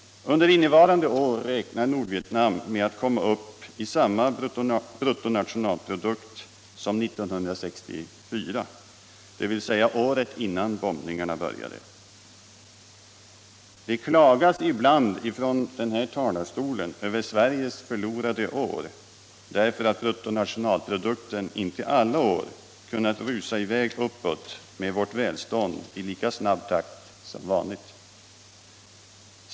Under innevarande år räknar Nordvietnam med att komma upp i samma bruttonationalprodukt som 1964, dvs. året innan bombningarna började. Det klagas ibland från den här talarstolen över Sveriges förlorade år därför att bruttonationalprodukten inte alla år kunnat rusa i väg uppåt med vårt välstånd i lika snabb takt som vanligt.